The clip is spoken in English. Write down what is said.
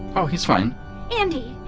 oh, he's fine andi,